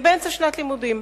הם באמצע שנת לימודים.